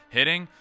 hitting